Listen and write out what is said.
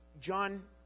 John